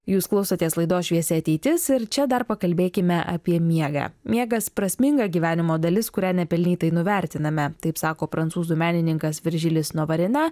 jūs klausotės laidos šviesi ateitis ir čia dar pakalbėkime apie miegą miegas prasminga gyvenimo dalis kurią nepelnytai nuvertiname taip sako prancūzų menininkas viržilis novarina